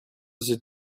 they